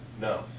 No